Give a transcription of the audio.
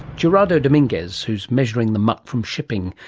gerardo dominguez who is measuring the muck from shipping,